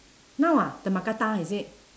no ah the mookata is it